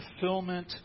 fulfillment